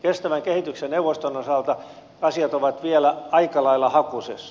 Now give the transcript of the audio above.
kestävän kehityksen neuvoston osalta asiat ovat vielä aika lailla hakusessa